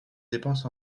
dépenses